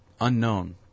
unknown